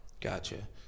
Gotcha